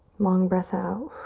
long breath out.